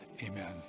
amen